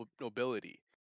nobility